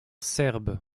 serbe